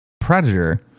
predator